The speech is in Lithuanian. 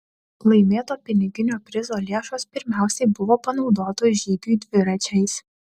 laimėto piniginio prizo lėšos pirmiausiai buvo panaudotos žygiui dviračiais